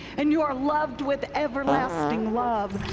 and you are loved with everlasting love.